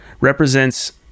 represents